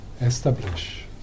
establish